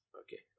Okay